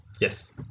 Yes